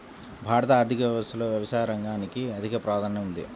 భారత ఆర్థిక వ్యవస్థలో వ్యవసాయ రంగానికి అధిక ప్రాధాన్యం ఉంది